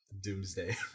Doomsday